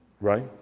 Right